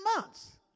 months